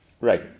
Right